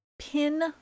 Pin